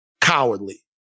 cowardly